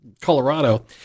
Colorado